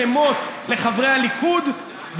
אז חבר הכנסת פריג' יורד לפסים אישיים וקורא בשמות לחברי הליכוד,